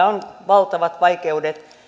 on valtavat vaikeudet